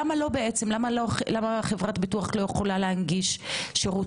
למה חברת ביטוח לא יכולה להנגיש שירות